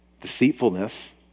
deceitfulness